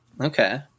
Okay